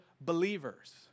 believers